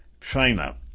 China